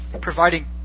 providing